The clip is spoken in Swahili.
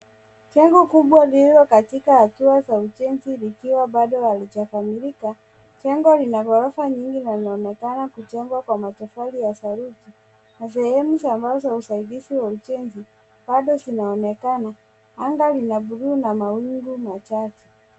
Jengo kubwa lililo katika hatua za ujenzi likiwa bado halijakamilika. Jengo lina ghorofa nyingi na linaonekana kujengwa kwa matofali ya saruji na sehemu za mbao za usaidizi kwa ujenzi bado zinaonekana. Anga ni la blue na mawingu machache.